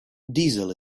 diesel